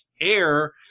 Air